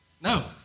No